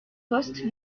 poste